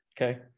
Okay